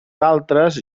altres